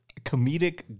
comedic